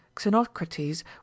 xenocrates